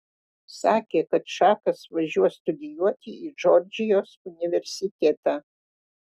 sakė kad čakas važiuos studijuoti į džordžijos universitetą